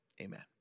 amen